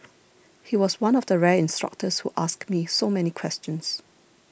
he was one of the rare instructors who asked me so many questions